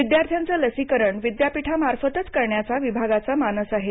विद्यार्थ्यांचं लसीकरण विद्यापीठामार्फतच करण्याचा विभागाचा मानस आहे